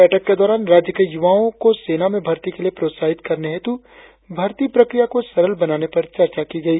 बैठक के दौरान राज्य के युवाओ को सेना में भर्ती के लिए प्रोत्साहित करने हेतु भर्ती प्रक्रिया को सरल बनाने पर चर्चा की गई